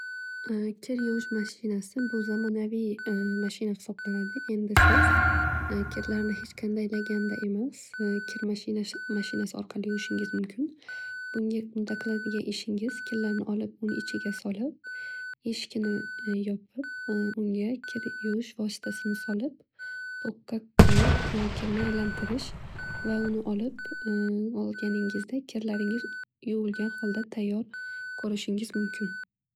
Kir yuvish mashinasi bu zamonaviy mashina hisoblanadi. Endi siz kirlarni hech qanday laganda emas kir mashinasi orqali yuvishingiz mumkn. Bunda qiladigan ishingizkirlarni olib uni ichiga solib eshikini yopib unga kir yuvish vostasini solib tokga qo'yib kirni aylantirish va uni olib, olganingizda kirlaringiz yuvilgan holda tayyor ko'rishingiz mumkin.